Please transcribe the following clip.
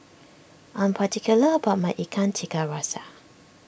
I am particular about my Ikan Tiga Rasa